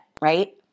right